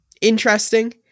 interesting